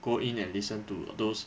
go in and listen to those